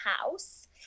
house